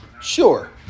Sure